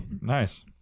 Nice